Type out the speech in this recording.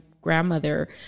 grandmother